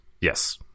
yes